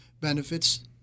benefits